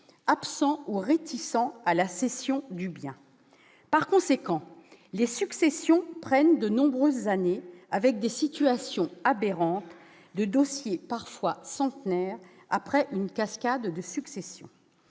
absents ou réticents à la cession du bien. Par conséquent, les successions prennent de nombreuses années et donnent lieu à des situations aberrantes, avec des dossiers parfois centenaires à la suite d'une cascade de successions.